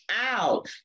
out